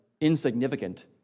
insignificant